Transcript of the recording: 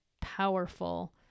powerful